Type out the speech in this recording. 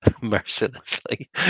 mercilessly